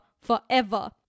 forever